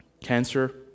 Cancer